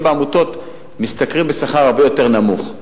בעמותות משתכרים שכר הרבה יותר נמוך.